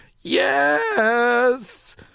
Yes